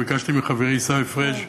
וביקשתי מחברי עיסאווי פריג',